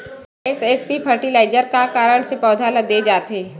SSP fertiliser का कारण से पौधा ल दे जाथे?